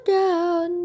down